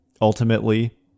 ultimately